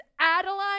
Adeline